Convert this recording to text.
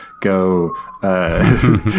Go